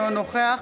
אינו נוכח